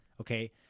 okay